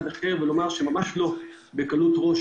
ולומר שהדבר הזה אושר ממש לא בקלות ראש.